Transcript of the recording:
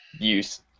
Use